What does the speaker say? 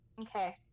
Okay